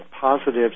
positives